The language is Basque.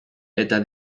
eta